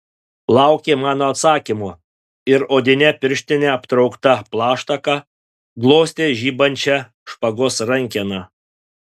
laukė mano atsakymo ir odine pirštine aptraukta plaštaka glostė žibančią špagos rankeną